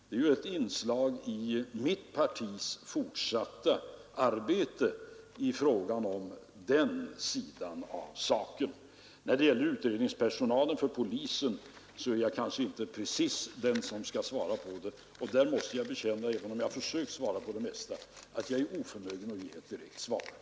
Det är ett inslag i mitt partis fortsatta arbete i det här avseendet. När det gäller utredningspersonal för polisen är jag kanske inte precis den som skall svara på den frågan. Även om jag har försökt svara på det mesta måste jag erkänna att jag är oförmögen att ge ett direkt svar här.